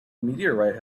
meteorite